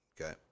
Okay